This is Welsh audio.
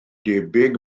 debyg